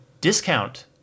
discount